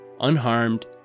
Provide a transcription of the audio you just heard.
unharmed